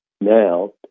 now